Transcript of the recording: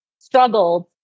struggled